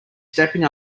stepping